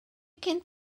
cyn